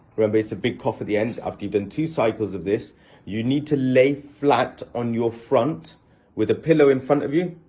remember its a big cough at the end after you've done two cycles of this you need to lay flat on your front with a pillow in front of you,